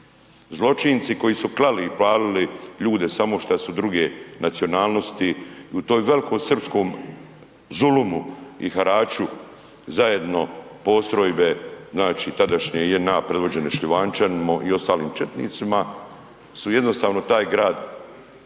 zločinci koji su klali i palili ljude samo šta su druge nacionalnosti i u toj velikosrpskom zulumu i haraču zajedno postrojbe, znači tadašnje JNA predvođene Šljivančaninom i ostalim četnicima su jednostavno taj grad tada